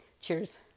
Cheers